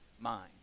mind